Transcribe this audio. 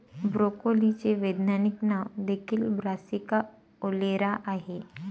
ब्रोकोलीचे वैज्ञानिक नाव देखील ब्रासिका ओलेरा आहे